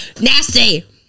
Nasty